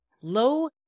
low